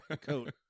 coat